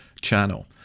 channel